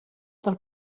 del